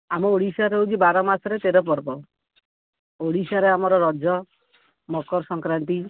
ଆମ ଓଡ଼ିଶାରେ ହେଉଛି ବାର ମାସରେ ତେର ପର୍ବ ଓଡ଼ିଶାରେ ଆମର ରଜ ମକର ସଂକ୍ରାନ୍ତି